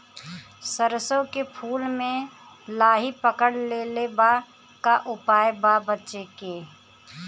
सरसों के फूल मे लाहि पकड़ ले ले बा का उपाय बा बचेके?